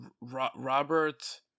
Robert